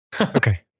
Okay